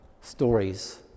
stories